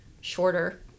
shorter